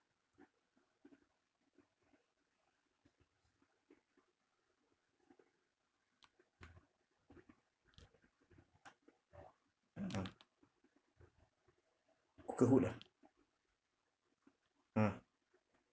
ah cooker hood ah ah